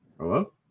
Hello